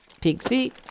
Pixie